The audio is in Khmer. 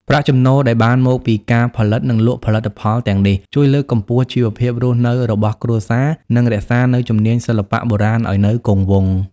ប្រាក់ចំណូលដែលបានពីការផលិត និងលក់ផលិតផលទាំងនេះ ជួយលើកកម្ពស់ជីវភាពរស់នៅរបស់គ្រួសារ និងរក្សានូវជំនាញសិល្បៈបុរាណឱ្យនៅគង់វង្ស។